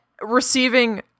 receiving